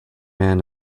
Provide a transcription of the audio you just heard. man